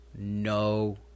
no